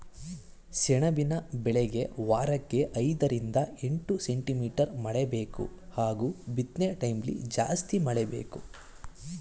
ಸೆಣಬಿನ ಬೆಳೆಗೆ ವಾರಕ್ಕೆ ಐದರಿಂದ ಎಂಟು ಸೆಂಟಿಮೀಟರ್ ಮಳೆಬೇಕು ಹಾಗೂ ಬಿತ್ನೆಟೈಮ್ಲಿ ಜಾಸ್ತಿ ಮಳೆ ಬೇಕು